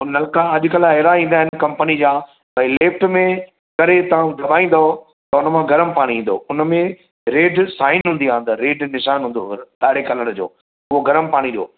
उए नलका अॼुकल्ह एहिड़ा ईंदा आइन कम्पनी जा भाई लेफ्ट में करे तव्हां दॿाईंदव त उन मां गरम पाणी ईंदो उन में रेड साइन हूंदी आ अंदर रेड निशान हूंदो ॻाड़े कलर जो उहो गरम पाणी जो